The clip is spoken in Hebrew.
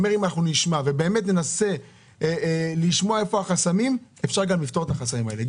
אם אנחנו נשמע ובאמת ננסה לשמוע איפה החסמים אפשר לפתור את החסמים האלה.